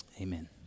Amen